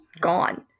gone